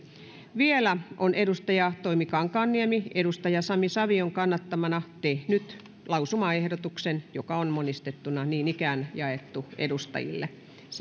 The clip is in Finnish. vielä on toimi kankaanniemi sami savion kannattamana tehnyt lausumaehdotuksen joka on niin ikään monistettuna jaettu edustajille